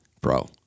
bro